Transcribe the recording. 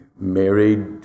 married